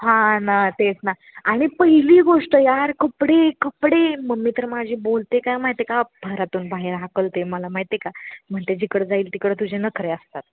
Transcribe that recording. हां ना तेच ना आणि पहिली गोष्ट यार कपडे कपडे मम्मी तर माझी बोलते काय माहिती आहे का घरातून बाहेर हाकलते मला माहिती आहे का म्हणते जिकडं जाईल तिकडं तुझे नखरे असतात